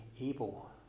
able